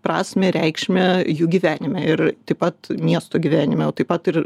prasmę reikšmę jų gyvenime ir taip pat miesto gyvenime o taip pat ir